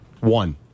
One